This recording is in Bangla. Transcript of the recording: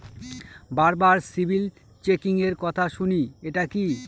বারবার সিবিল চেকিংএর কথা শুনি এটা কি?